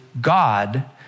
God